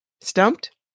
Stumped